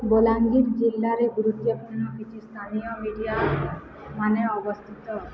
ବଲାଙ୍ଗୀର ଜିଲ୍ଲାରେ ଗୁରୁତ୍ୱପୂର୍ଣ୍ଣ କିଛି ସ୍ଥାନୀୟ ମିଡ଼ିଆ ମାନେ ଅବସ୍ଥିତ